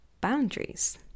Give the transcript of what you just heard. boundaries